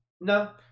No